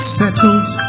settled